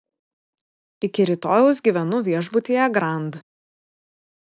iki rytojaus gyvenu viešbutyje grand